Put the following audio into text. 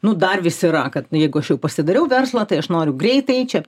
nu dar vis yra kad jeigu aš jau pasidariau verslą tai aš noriu greitai čia